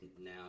now